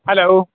hello